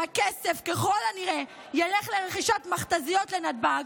שהכסף ככל הנראה ילך לרכישת מכת"זיות לנתב"ג,